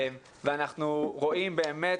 אנחנו רואים באמת